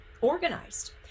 organized